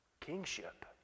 Kingship